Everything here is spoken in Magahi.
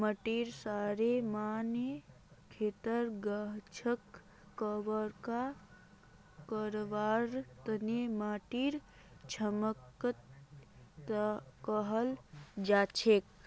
माटीर सहारेर माने खेतर गाछक बरका करवार तने माटीर क्षमताक कहाल जाछेक